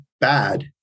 bad